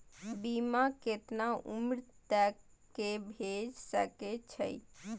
बीमा केतना उम्र तक के भे सके छै?